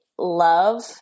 love